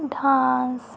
dance